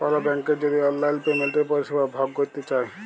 call ব্যাংকের যদি অললাইল পেমেলটের পরিষেবা ভগ ক্যরতে চায়